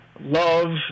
Love